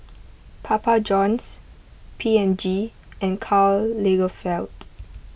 Papa Johns P and G and Karl Lagerfeld